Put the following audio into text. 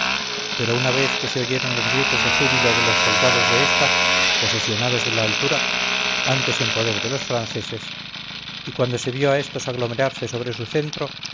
pero una vez que se oyeron los gritos de júbilo de los soldados de esta posesionados de la altura antes en poder de los franceses y cuando se vio a estos aglomerarse sobre su centro